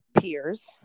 peers